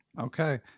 Okay